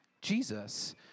Jesus